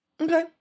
Okay